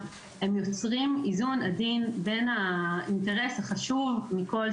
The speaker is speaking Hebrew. יוצרים איזון עדין בין האינטרס החשוב מכל,